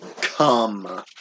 Come